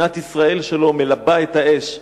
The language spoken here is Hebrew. שנאת ישראל שלו מלבה את האש.